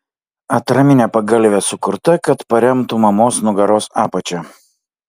atraminė pagalvė sukurta kad paremtų mamos nugaros apačią